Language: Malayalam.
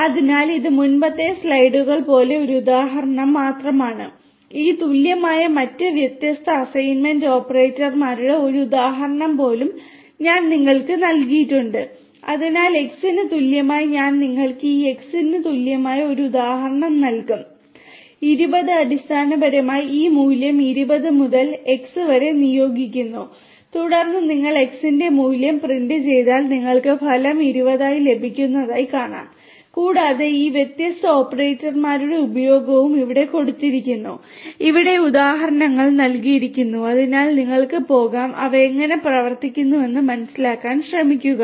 അതിനാൽ ഇത് മുമ്പത്തെ സ്ലൈഡുകൾ പോലെ ഒരു ഉദാഹരണം മാത്രമാണ് ഈ തുല്യമായ മറ്റ് വ്യത്യസ്ത അസൈൻമെന്റ് ഓപ്പറേറ്റർമാരുടെ ഒരു ഉദാഹരണം പോലും ഞാൻ നിങ്ങൾക്ക് നൽകിയിട്ടുണ്ട് അതിനാൽ X ന് തുല്യമായ ഞാൻ നിങ്ങൾക്ക് ഈ X തുല്യമായ ഒരു ഉദാഹരണം നൽകും to 20 അടിസ്ഥാനപരമായി ഈ മൂല്യം 20 മുതൽ X വരെ നിയോഗിക്കുന്നു തുടർന്ന് നിങ്ങൾ X ന്റെ മൂല്യം പ്രിന്റ് ചെയ്താൽ നിങ്ങൾക്ക് ഫലം 20 ആയി ലഭിക്കുന്നതായി കാണാം കൂടാതെ ഈ വ്യത്യസ്ത ഓപ്പറേറ്റർമാരുടെ ഉപയോഗവും ഇവിടെ കൊടുത്തിരിക്കുന്നു ഇവിടെ ഉദാഹരണങ്ങൾ നൽകിയിരിക്കുന്നു അതിനാൽ നിങ്ങൾക്ക് പോകാം അവ എങ്ങനെ പ്രവർത്തിക്കുന്നുവെന്ന് മനസിലാക്കാൻ ശ്രമിക്കുക